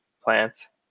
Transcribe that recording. plants